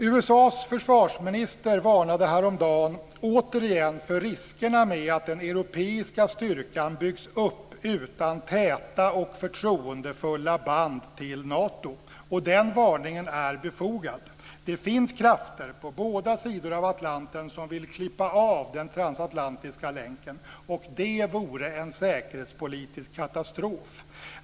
USA:s försvarsminister varnade häromdagen återigen för riskerna med att den europeiska styrkan byggs upp utan täta och förtroendefulla band till Nato. Den varningen är befogad. Det finns krafter på båda sidor av Atlanten som vill klippa av den transatlantiska länken. Det vore en säkerhetspolitisk katastrof.